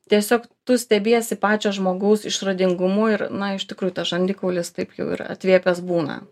tiesiog tu stebiesi pačio žmogaus išradingumu ir na iš tikrųjų tas žandikaulis taip jau ir atvėpęs būna